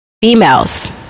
Females